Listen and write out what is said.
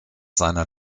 seiner